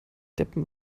deppen